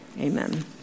Amen